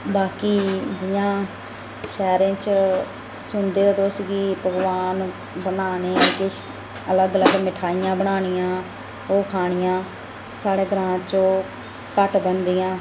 बाकी जि'यां शैह्रें च तुस सुनदे ओ कि पकवान बनाने किश अलग अलग मिठाइयां बनानियां ओह् खानियां साढ़े ग्रांऽ च ओह् घट्ट बनदियां